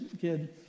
kid